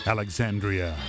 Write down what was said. Alexandria